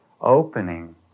opening